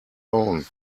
own